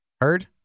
Heard